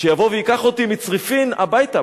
שיבוא וייקח אותי מצריפין הביתה.